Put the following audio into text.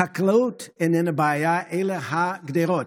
החקלאות איננה הבעיה אלא הגדרות,